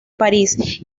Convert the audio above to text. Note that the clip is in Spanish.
parís